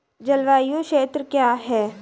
जलवायु क्षेत्र क्या है?